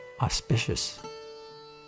auspicious